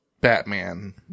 Batman